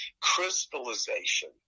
crystallization